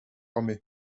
armée